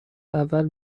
اول